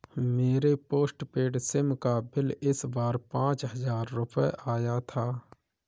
मेरे postpaid sim का bill इस बार पाँच हजार रुपए आया था